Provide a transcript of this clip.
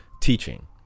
teaching